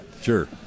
Sure